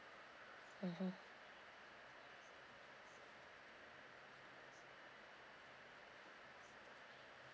mmhmm